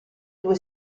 due